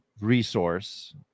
resource